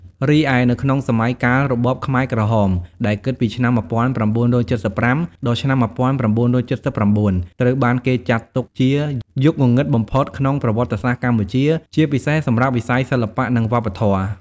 រីឯនៅក្នុងសម័យកាលរបបខ្មែរក្រហម ដែលគិតពីឆ្នាំ ១៩៧៥ ដល់ ឆ្នាំ ១៩៧៩ ត្រូវបានគេចាត់ទុកជា យុគងងឹតបំផុត ក្នុងប្រវត្តិសាស្ត្រកម្ពុជា ជាពិសេសសម្រាប់វិស័យសិល្បៈ និងវប្បធម៌។